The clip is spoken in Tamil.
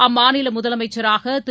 அம்மாநில முதலமைச்சராக திரு